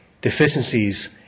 deficiencies